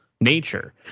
nature